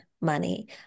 money